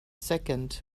second